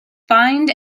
fined